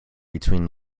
between